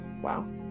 wow